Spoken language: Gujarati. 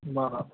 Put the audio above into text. બરાબર